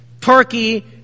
Turkey